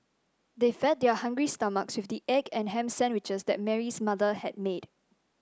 they fed their hungry stomachs with the egg and ham sandwiches that Mary's mother had made